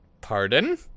pardon